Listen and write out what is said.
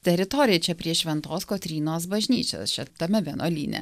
teritorijoj čia prie šventos kotrynos bažnyčios čia tame vienuolyne